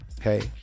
hey